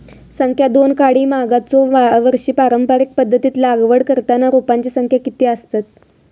संख्या दोन काडी मागचो वर्षी पारंपरिक पध्दतीत लागवड करताना रोपांची संख्या किती आसतत?